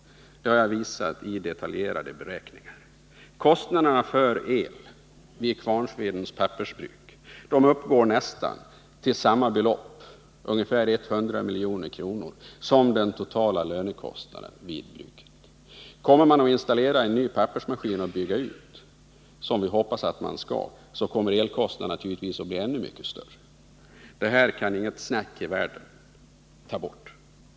Det har jag visat i detaljerade beräkningar. Kostnaderna för el i Kvarnsvedens pappersbruk uppgår nästan till samma belopp — ungefär 100 milj.kr. — som den totala lönekostnaden vid bruket. Kommer bruket att installera en ny pappersmaskin och bygga ut verksamheten, vilket vi hoppas blir fallet, så kommer naturligtvis elkostnaderna att bli ännu mycket större. Detta grundläggande faktum kan inget snack i världen ta bort.